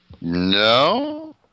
No